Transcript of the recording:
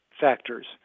factors